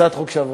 הצעת החוק שעברה,